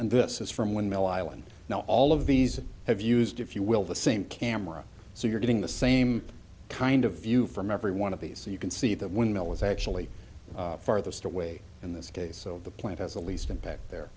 and this is from one mill island now all of these have used if you will the same camera so you're getting the same kind of view from every one of these so you can see that windmill is actually farthest away in this case so the plant has the least impact there